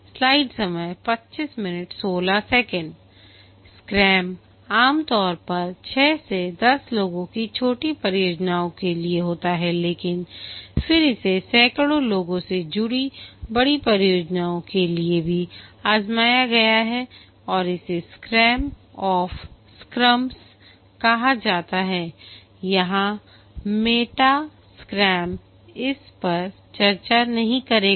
scrum आम तौर पर 6 से 10 लोगों की छोटी परियोजनाओं के लिए होता है लेकिन फिर इसे सैकड़ों लोगों से जुड़ी बड़ी परियोजनाओं के लिए भी आजमाया गया है और इसे स्क्रैम ऑफ स्क्रम्स कहा जाता है या मेटा स्क्रम इस पर चर्चा नहीं करेगा